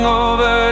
over